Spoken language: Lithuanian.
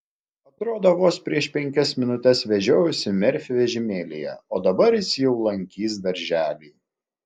atrodo vos prieš penkias minutes vežiojausi merfį vežimėlyje o dabar jis jau lankys darželį